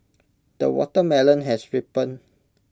the watermelon has ripened